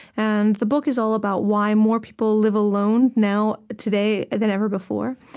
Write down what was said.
and the book is all about why more people live alone now, today, than ever before.